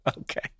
Okay